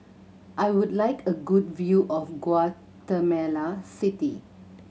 I would like a good view of Guatemala City